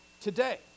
today